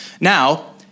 Now